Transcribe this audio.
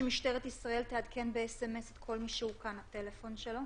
שמשטרת ישראל תעדכן באס.אם.אס את כל מי שאוכן הטלפון שלו,